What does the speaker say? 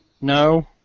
No